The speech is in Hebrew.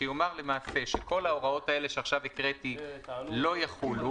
שיאמר שכל ההוראות האלה שעכשיו הקראתי "לא יחולו